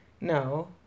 No